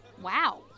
Wow